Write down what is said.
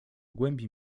głębi